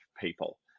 people